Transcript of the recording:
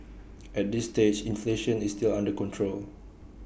at this stage inflation is still under control